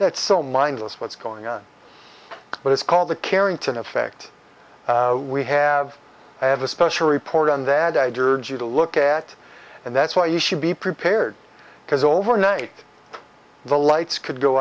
that's so mindless what's going on but it's called the carrington effect we have to have a special report on that idea to look at and that's why you should be prepared because overnight the lights could go